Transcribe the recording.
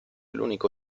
l’unico